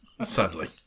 Sadly